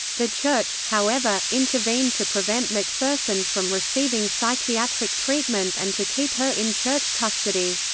the church, however, intervened to prevent mcpherson from receiving psychiatric treatment and to keep her in church custody.